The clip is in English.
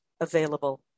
available